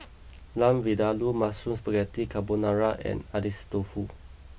Lamb Vindaloo Mushroom Spaghetti Carbonara and Agedashi Dofu